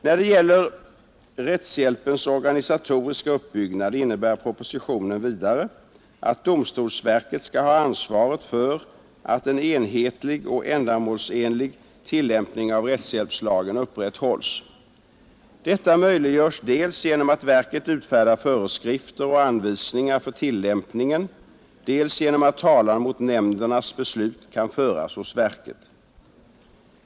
När det gäller rättshjälpens organisatoriska uppbyggnad innebär propositionen vidare att domstolsverket skall ha ansvaret för att en enhetlig och ändamålsenlig tillämpning av rättshjälpslagen upprätthålles. Detta möjliggörs dels genom att verket utfärdar föreskrifter och anvisningar för tillämpningen, dels genom att talan mot nämndernas beslut kan föras hos verket.